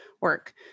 work